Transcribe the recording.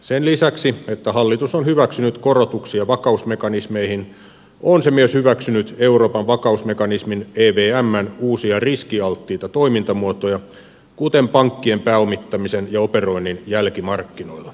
sen lisäksi että hallitus on hyväksynyt korotuksia vakausmekanismeihin on se myös hyväksynyt euroopan vakausmekanismin evmn uusia riskialttiita toimintamuotoja kuten pankkien pääomittamisen ja operoinnin jälkimarkkinoilla